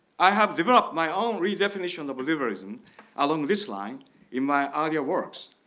i have developed my own redefinition of liberalism along this line in my earlier works.